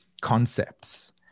concepts